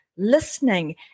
Listening